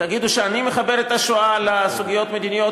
תגידו שאני מחבר את השואה לסוגיות מדיניות